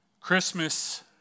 Christmas